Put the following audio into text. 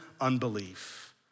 unbelief